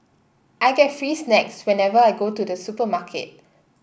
I get free snacks whenever I go to the supermarket